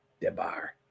Debar